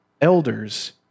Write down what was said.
Elders